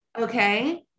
Okay